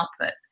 output